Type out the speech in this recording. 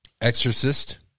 Exorcist